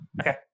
Okay